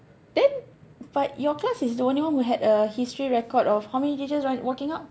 then but your class is the only one who had a history record of how many teacher run walking out